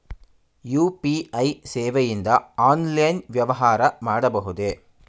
UPI ಸೇವೆಯಿಂದ online ವ್ಯವಹಾರ ಮಾಡಬಹುದೇ?